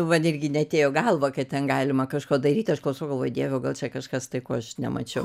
va netgi neatėjo į galvą kad ten galima kažko daryti aš klausau galvoju o dieve o gal čia kažkas tai ko aš nemačiau